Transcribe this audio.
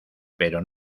pero